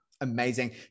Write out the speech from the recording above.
amazing